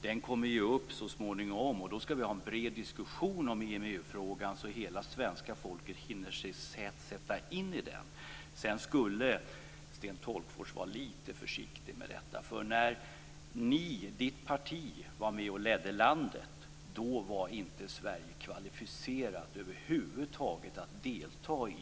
Den kommer upp så småningom, och vi skall då ha en bred diskussion om EMU-frågan, så att hela svenska folket hinner sätta sig in i den. Sten Tolgfors skulle vara lite försiktig. När hans parti var med om att leda landet var Sverige över huvud inte kvalificerat för att delta i